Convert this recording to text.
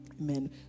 Amen